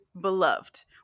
beloved